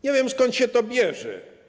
Nie wiem, skąd się to bierze.